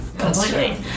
Completely